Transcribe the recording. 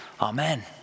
Amen